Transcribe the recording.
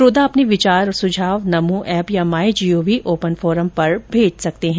आप भी अपने विचार और सुझाव नमो ऐप या माई जीओवी ओपन फोरम पर भेज सकते हैं